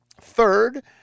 Third